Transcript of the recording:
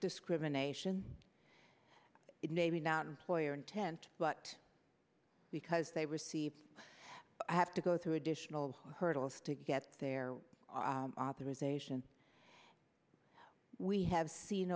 discrimination it may be not employer intent but because they receive have to go through additional hurdles to get their authorization we have seen